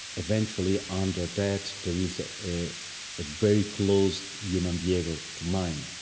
eventually, under that there is ah a very close human behavior to mine